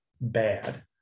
bad